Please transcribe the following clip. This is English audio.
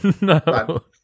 No